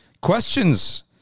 Questions